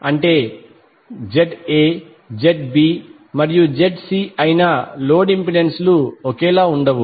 అంటే ZA ZBమరియు ZC అయిన లోడ్ ఇంపెడెన్స్ లు ఒకేలా ఉండవు